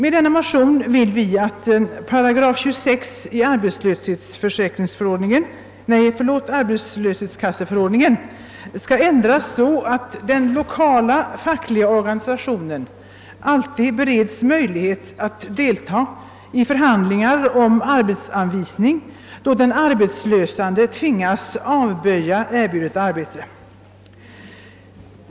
I denna motion hemställer vi att 36 8 i arbetslöshetskasseförordningen ändras så, att den lokala fackliga organisationen alltid: bereds möjlighet att delta i förhandlingar om arbetsanvisning då den arbetslöse tvingats avböja erbjudet arbete.